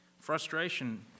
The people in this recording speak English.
Frustration